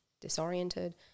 disoriented